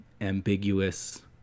ambiguous